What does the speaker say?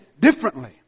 differently